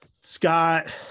scott